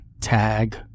tag